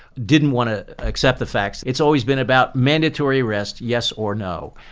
didn't want to accept the facts. it's always been about mandatory rest, yes or no.